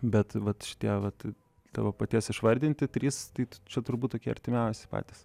bet vat vat tavo paties išvardinti trys tik čia turbūt tokie artimiausi patys